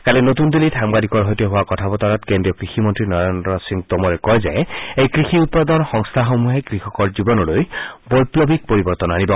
কালি নতুন দিল্লীত সাংবাদিকৰ সৈতে হোৱা কথাবতৰাত কেন্দ্ৰীয় কৃষি মন্ত্ৰী নৰেন্দ্ৰ সিং টোমৰে কয় যে এই কৃষি উৎপাদন সংস্থাসমূহে কৃষকৰ জীৱনৰ বৈপ্নৱিক পৰিবৰ্তন আনিব